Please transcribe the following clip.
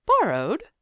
borrowed